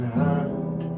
hand